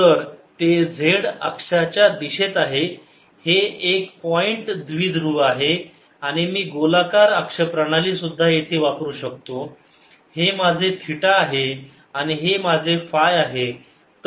तर ते z अक्षाच्या दिशेत आहे हे एक पॉईंट द्विध्रुव आहे आणि मी गोलाकार अक्ष प्रणाली सुद्धा येथे वापरू शकतो हे माझे थिटा आहे आणि हे माझे फाय आहे